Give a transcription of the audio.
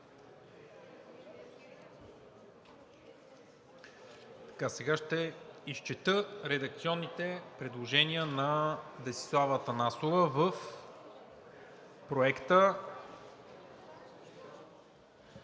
Сега ще изчета редакционните предложения на Десислава Атанасова в Проекта